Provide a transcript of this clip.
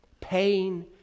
pain